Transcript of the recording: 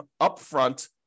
upfront